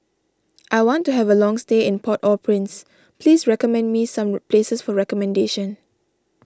I want to have a long stay in Port Au Prince please recommend me some places for accommodation